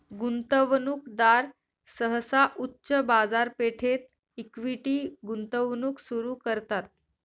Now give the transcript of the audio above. गुंतवणूकदार सहसा उच्च बाजारपेठेत इक्विटी गुंतवणूक सुरू करतात